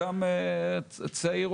גם צעיר,